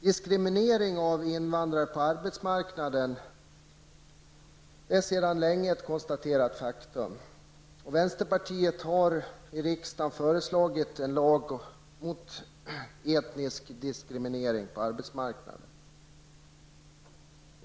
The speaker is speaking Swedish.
Diskriminering av invandrare på arbetsmarknaden är sedan länge ett konstaterat faktum. Vänsterpartiet har i riksdagen föreslagit en lag mot etnisk diskriminering på arbetsmarknaden.